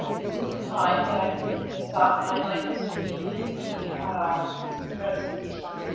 is this the time that i could bring this up? and i'd like this to be in the resolution.